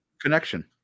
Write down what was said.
connection